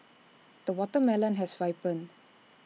the watermelon has ripened